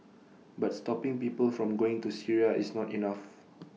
but stopping people from going to Syria is not enough